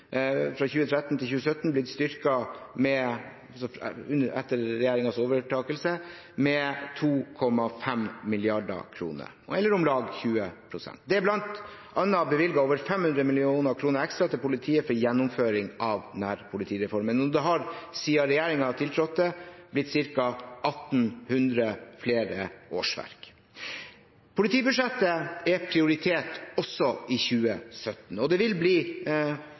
blitt styrket med 2,5 mrd. kr, eller om lag 20 pst. Det er bl.a. bevilget over 500 mill. kr ekstra til politiet for gjennomføring av nærpolitireformen. Det har, siden regjeringen tiltrådte, blitt ca. 1 800 flere årsverk. Politibudsjettet er prioritert også i 2017. Det vil bli